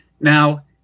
now